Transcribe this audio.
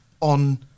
on